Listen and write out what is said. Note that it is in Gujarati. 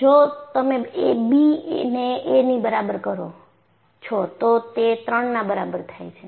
જો તમે b ને a ની બરાબર કરો છો તો તે 3ના બરાબર થાય છે